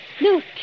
Look